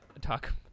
Talk